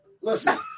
Listen